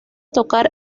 tocar